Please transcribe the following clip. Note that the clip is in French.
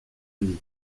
unies